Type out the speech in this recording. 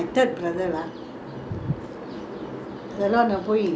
hello அண்ண போய்:anna poi coconut lah பறிச்சுட்டு வருவாரு அந்த இளனி:parichuttu varuvaaru antha ilani